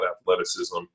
athleticism